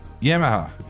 Yamaha